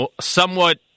somewhat